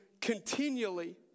continually